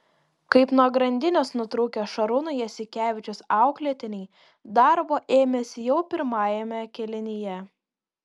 kaip nuo grandinės nutrūkę šarūno jasikevičiaus auklėtiniai darbo ėmėsi jau pirmajame kėlinyje